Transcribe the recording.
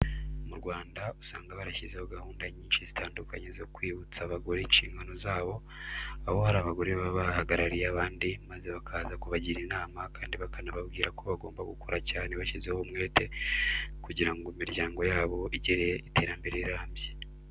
Mu Rwanda usanga barashyizeho gahunda nyinshi zitandukanye zo kwibutsa abagore inshingano zabo, aho hari abagore baba bahagarariye abandi maze bakaza kubagira inama kandi bakanababwira ko bagomba gukora cyane bashyizeho umwete kugira ngo imiryango yabo igire iterambere rirambye.